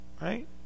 Right